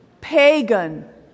pagan